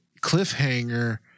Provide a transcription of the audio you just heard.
cliffhanger